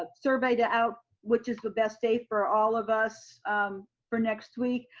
ah survey to out which is the best day for all of us for next week.